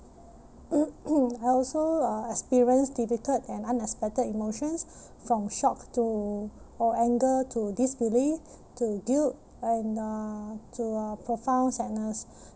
I also uh experienced difficult and unexpected emotions from shock to or anger to disbelief to guilt and uh to uh profound sadness